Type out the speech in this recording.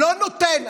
לא נותן.